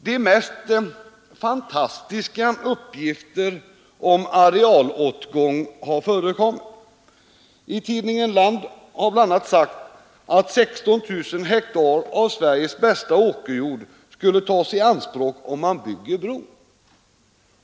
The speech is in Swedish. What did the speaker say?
De mest fantastiska uppgifter om arealåtgång har förekommit. I tidningen Land har bl.a. sagts att 16 000 hektar av Sveriges bästa åkerjord skulle tas i anspråk om man bygger bron.